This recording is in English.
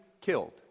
killed